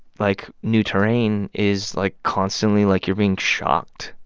like, new terrain is, like, constantly like you're being shocked.